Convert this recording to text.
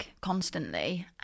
constantly